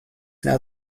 now